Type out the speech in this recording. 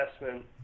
investment